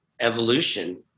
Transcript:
evolution